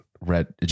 red